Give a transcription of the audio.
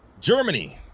Germany